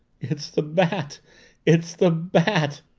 it's the bat it's the bat!